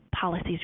policies